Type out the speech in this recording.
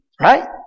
right